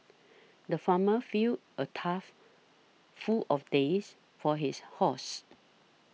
the farmer filled a trough full of days for his horses